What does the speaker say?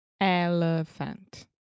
Elephant